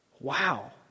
Wow